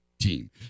team